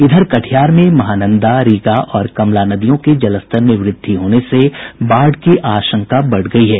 इधर कटिहार में महानंदा रीगा और कमला नदियों के जलस्तर में वृद्धि होने से बाढ़ की आशंका बढ़ गयी है